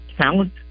talent